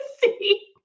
see